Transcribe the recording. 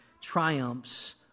triumphs